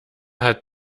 hat